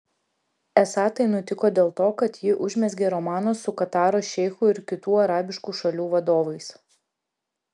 esą tai nutiko dėl to kad ji užmezgė romaną su kataro šeichu ir kitų arabiškų šalių vadovais